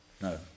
no